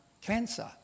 cancer